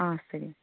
ஆ சரி